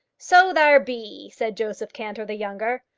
so there be, said joseph cantor the younger.